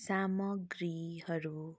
सामग्रीहरू